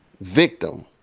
victim